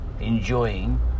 enjoying